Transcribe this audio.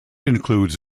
includes